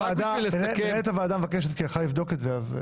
אשר על כן אמירה לגופה של ההצעה הנוכחית שאני